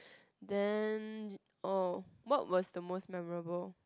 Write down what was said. then ah what was the most memorable